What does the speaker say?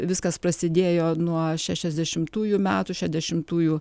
viskas prasidėjo nuo šešiasdešimtųjų metų šešiasdešimtųjų